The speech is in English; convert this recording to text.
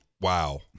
wow